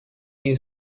you